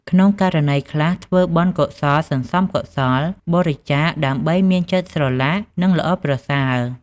ក្នុងករណីខ្លះ ធ្វើបុណ្យកុសលសន្សំកុសល បរិច្ចាគដើម្បីមានចិត្តស្រឡះនិងល្អប្រសើរ។